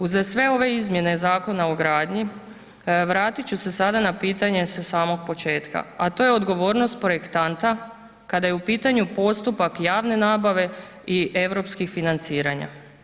Uz sve ove izmjene Zakona o gradnji, vratit ću se sada na pitanje sa samog početka, a to je odgovornost projektanta kada je u pitanju postupak javne nabave i EU financiranja.